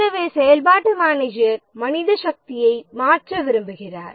எனவே செயல்பாட்டு மேனேஜர் மனித சக்தியை மாற்ற விரும்புகிறார்